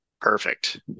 perfect